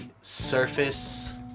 surface